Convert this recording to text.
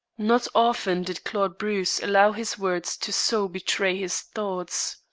not often did claude bruce allow his words to so betray his thoughts.